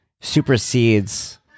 supersedes